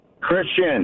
Christian